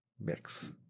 Mix